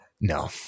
No